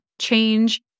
change